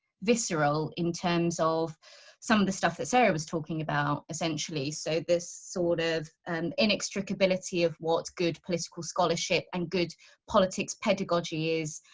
visceral in terms of some of the stuff that sarah was talking about. essentially. so this sort of and inextricability of what good political scholarship and good politics pedagogy is